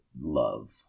love